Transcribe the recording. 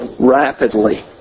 rapidly